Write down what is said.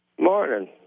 Morning